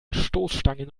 stoßstangen